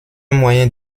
moyen